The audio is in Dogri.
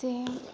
ते